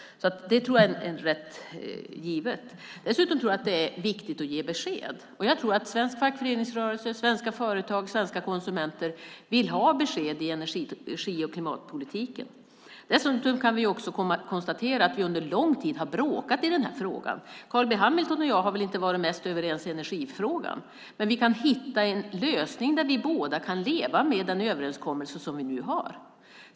Det tror jag är rätt givet. Jag tror också att det är viktigt att ge besked, och jag tror att svensk fackföreningsrörelse, svenska företag och svenska konsumenter vill ha besked i energi och klimatpolitiken. Vi kan också konstatera att vi har bråkat i den här frågan under lång tid. Carl B Hamilton och jag har väl inte varit mest överens i energifrågan. Men vi kan hitta en lösning där vi båda kan leva med den överenskommelse som vi nu har.